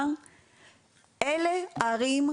זה אירוע חירום.